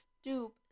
stoop